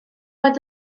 oedd